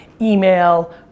email